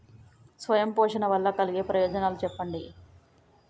స్వయం పోషణ వల్ల కలిగే ప్రయోజనాలు చెప్పండి?